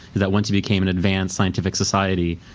that once you became an advanced scientific society,